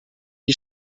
gli